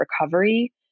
recovery